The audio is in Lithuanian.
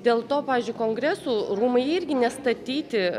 dėl to pavyzdžiui kongresų rūmai jie irgi nestatyti